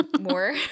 more